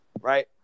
right